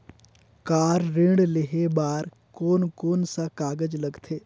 Car ऋण लेहे बार कोन कोन सा कागज़ लगथे?